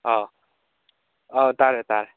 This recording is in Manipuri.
ꯑꯥ ꯑꯥ ꯇꯥꯔꯦ ꯇꯥꯔꯦ